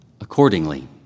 accordingly